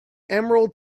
emerald